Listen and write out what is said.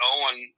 Owen